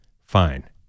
Fine